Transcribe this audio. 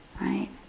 right